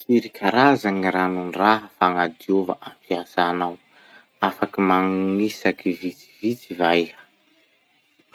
Firy karaza gny ranon-draha fagnadiova ampiasanao? Afaky magnisaky vitsivitsy va iha?